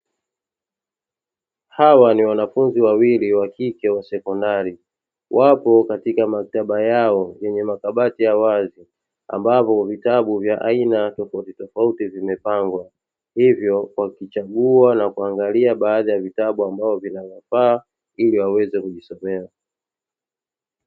Hawa ni wanafunzi wawili wa kike wa sekondari, wapo katika maktaba yao yenye makabati ya wazi ambapo vitabu vya aina tofautitofauti zimepangwa, hivyo wakichagua na kuangalia baadhi ya vitabu ambavyo vinafaa ili waweze kujisomea.